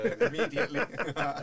Immediately